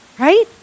right